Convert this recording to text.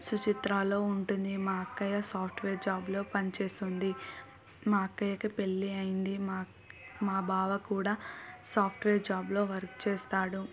సుచిత్రాలో ఉంటుంది మా అక్కయ్య సాఫ్ట్వేర్ జాబ్లో పనిచేస్తుంది మా అక్కయ్యకి పెళ్ళి అయ్యింది మా మా బావ కూడా సాఫ్ట్వేర్ జాబ్లో వర్క్ చేస్తాడు